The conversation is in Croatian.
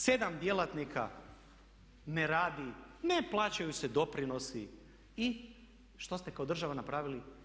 7 djelatnika ne radi, ne plaćaju se doprinosi i što ste kao država napravili?